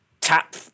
tap